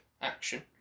action